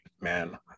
man